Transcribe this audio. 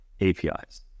APIs